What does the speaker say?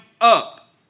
up